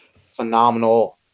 phenomenal